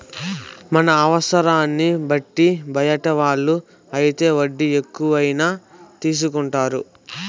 మన అవసరాన్ని బట్టి బయట వాళ్ళు అయితే వడ్డీ ఎక్కువైనా తీసుకుంటారు